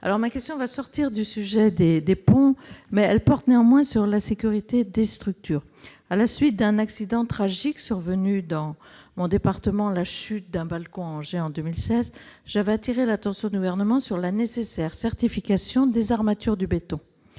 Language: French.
Ma question sortira du sujet des ponts, mais porte néanmoins sur la sécurité des structures. À la suite d'un accident tragique survenu dans mon département- la chute d'un balcon à Angers en 2016 -, j'avais attiré l'attention du Gouvernement sur la nécessaire certification des armatures du béton.